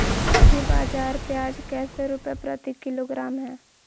अभी बाजार प्याज कैसे रुपए प्रति किलोग्राम है?